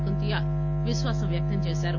కుంతియా విశ్వాసం వ్యక్తం చేశారు